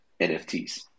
NFTs